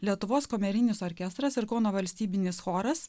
lietuvos kamerinis orkestras ir kauno valstybinis choras